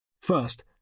First